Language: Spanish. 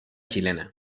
chilena